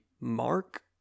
mark